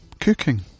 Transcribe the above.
Cooking